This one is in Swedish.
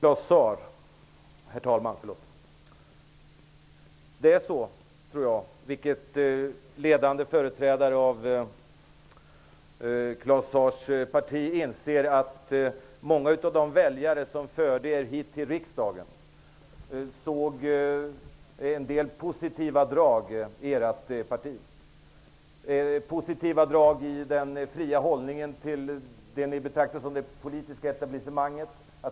Herr talman! Jag tror att det är så, vilket ledande företrädare för Claus Zaars parti inser, att många av de väljare som förde er hit till riksdagen såg en del positiva drag i ert parti. Det fanns positiva drag i den fria hållningen till det ni betraktade som det politiska etablissemanget.